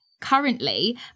currently